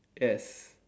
yes